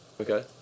Okay